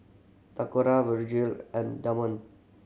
Toccara Vergil and Damon